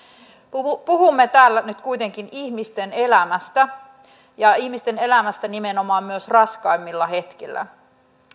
puhumme puhumme täällä nyt kuitenkin ihmisten elämästä ja ihmisten elämästä nimenomaan myös raskaimmilla hetkillä